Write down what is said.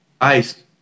Ice